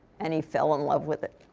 and he fell in love with it.